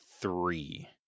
three